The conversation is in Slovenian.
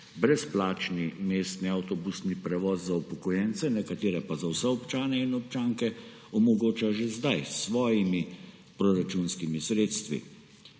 brezplačni mestni avtobusni prevoz za upokojence, nekatere pa za vse občane in občanke, omogoča že zdaj s svojimi proračunskimi sredstvi.